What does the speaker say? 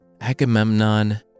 Agamemnon